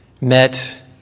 met